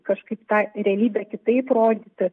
kažkaip tą realybę kitaip rodyti